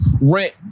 rent